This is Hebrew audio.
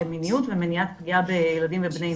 בנושא של מיניות ומניעת פגיעה בילדים ובני נוער.